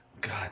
God